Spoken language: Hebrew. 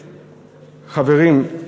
חברים,